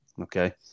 okay